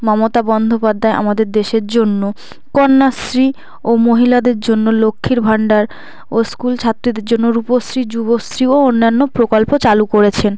মমতা বন্ধ্যোপাধ্যায় আমাদের দেশের জন্য কন্যাশ্রী ও মহিলাদের জন্য লক্ষীর ভাণ্ডার ও স্কুল ছাত্রীদের জন্য রূপশ্রী যুবশ্রী ও অন্যান্য প্রকল্প চালু করেছেন